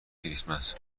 کریسمس